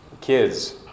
kids